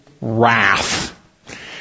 wrath